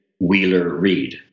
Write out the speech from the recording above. Wheeler-Reed